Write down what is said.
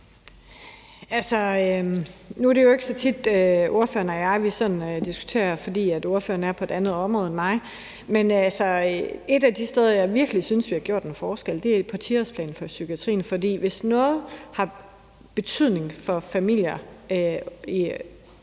nu er det jo ikke så tit, ordføreren og jeg sådan diskuterer, for ordføreren er på et andet område, end jeg er. Men et af de steder, jeg virkelig synes vi har gjort en forskel, er 10-årsplanen for psykiatrien, for hvis noget har betydning for familier som